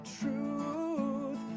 truth